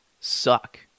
suck